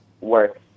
works